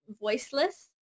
voiceless